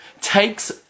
takes